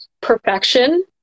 perfection